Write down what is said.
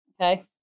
Okay